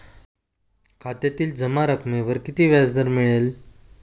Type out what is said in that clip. खात्यातील जमा रकमेवर किती व्याजदर मिळेल?